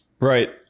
right